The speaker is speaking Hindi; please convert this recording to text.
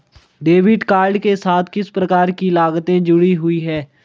डेबिट कार्ड के साथ किस प्रकार की लागतें जुड़ी हुई हैं?